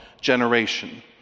generation